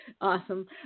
Awesome